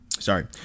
Sorry